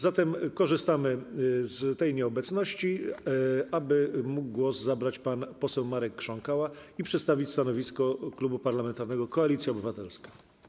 Zatem korzystamy z tej nieobecności, aby głos mógł zabrać pan poseł Marek Krząkała i przedstawić stanowisko Klubu Parlamentarnego Koalicja Obywatelska.